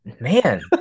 man